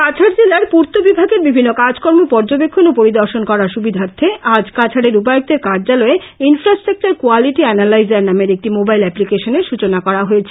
কাছাড় জেলার পূর্ত বিভাগের বিভিন্ন কাজকর্ম পর্যবেক্ষণ ও পরিদর্শন করার সুবিধার্থে আজ কাছাড়ের উপায়ুক্তের কার্যালয়ে ইনফ্রাস্ট্রাকচার কোয়ালিটি এ্যানালাইজার নামের একটি মোবাইল এ্যাপ্লিকেশনের সূচনা করা হয়েছে